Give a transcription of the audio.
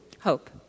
hope